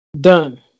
done